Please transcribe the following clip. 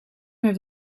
heeft